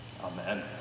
Amen